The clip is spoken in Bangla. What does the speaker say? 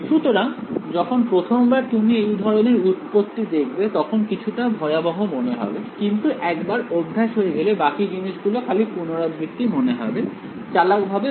সুতরাং যখন প্রথমবার তুমি এই ধরনের উৎপত্তি দেখবে তখন কিছুটা ভয়াবহ মনে হবে কিন্তু একবার অভ্যাস হয়ে গেলে বাকি জিনিসগুলো খালি পুনরাবৃত্তি মনে হবে চালাক ভাবে ব্যবহার করে সমস্যার সীমানার ব্যাপারে জানতে এবং একটু এই ধরনের কৌশল করে